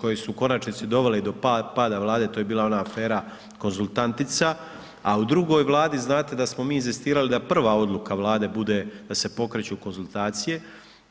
koje su u konačnici dovele do pada Vlade, to je bila ona afera Konzultantica, a u drugoj Vladi, znate da smo mi inzistirali da prva odluka Vlade bude da se pokreću konzultacije